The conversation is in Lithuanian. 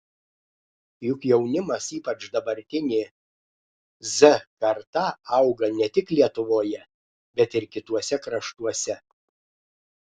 juk jaunimas ypač dabartinė z karta auga ne tik lietuvoje bet ir kituose kraštuose